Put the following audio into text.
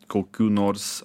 kokių nors